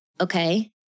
okay